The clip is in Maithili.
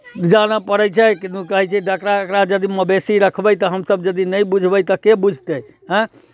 जानय पड़ै छै किदन कहै छै जकरा एकरा यदि मवेशी रखबै तऽ हमसभ यदि नहि बुझबै तऽ के बुझतै आँय